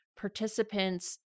participants